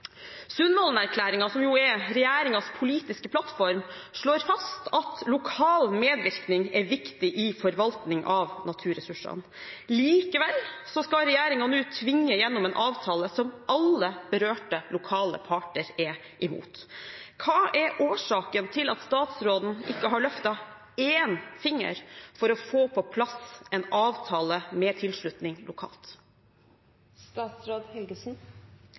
Sundvolden-erklæringen, som er regjeringens politiske plattform, slår fast at lokal medvirkning er viktig i forvaltning av naturressursene. Likevel skal regjeringen nå tvinge gjennom en avtale som alle berørte lokale parter er imot. Hva er årsaken til at statsråden ikke har løftet én finger for å få på plass en avtale med tilslutning